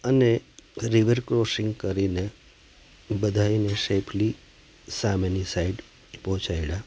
અને river crossing કરીને બધાંયને સેફલી સામેની સાઈડ પહોંચાડ્યા